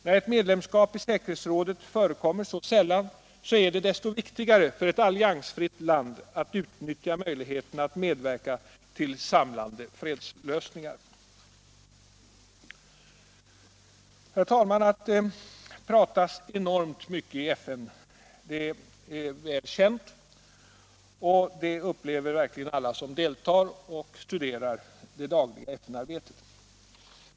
När ett medlemskap i säkerhetsrådet förekommer så sällan är det desto viktigare för ett alliansfritt land att utnyttja möjligheterna att medverka till samlande fredslösningar. Att det pratas enormt mycket i FN är väl känt, och det upplever verkligen alla som deltar i eller studerar det dagliga FN-arbetet.